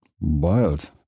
Wild